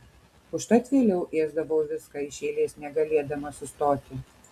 užtat vėliau ėsdavau viską iš eilės negalėdama sustoti